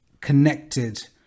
connected